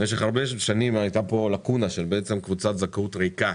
במשך הרבה שנים היתה פה לקונה של קבוצת זכאות ריקה,